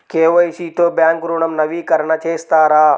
KYC తో bank ఋణం నవీకరణ చేస్తారా?